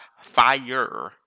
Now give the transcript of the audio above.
fire